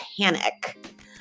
panic